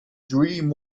dream